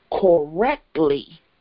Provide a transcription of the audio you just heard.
correctly